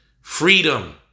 freedom